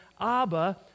Abba